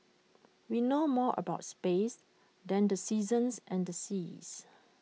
we know more about space than the seasons and the seas